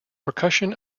percussion